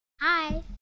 hi